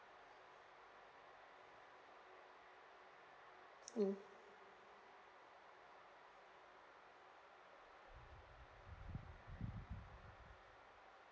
mm